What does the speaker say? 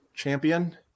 champion